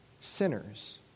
sinners